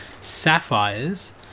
sapphires